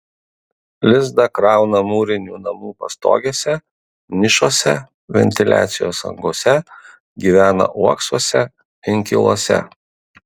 lizdą krauna mūrinių namų pastogėse nišose ventiliacijos angose gyvena uoksuose inkiluose